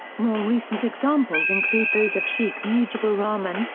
more recent examples include those of sheikh mujibur rahman,